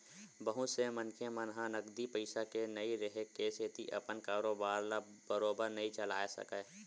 बहुत से मनखे मन ह नगदी पइसा के नइ रेहे के सेती अपन कारोबार ल बरोबर नइ चलाय सकय